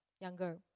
younger